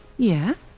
yeah.